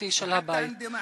התרבותי שלו.